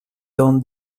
don